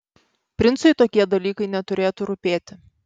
princui tokie dalykai neturėtų rūpėti